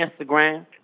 Instagram